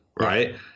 right